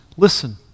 Listen